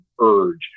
urge